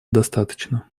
достаточно